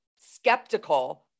skeptical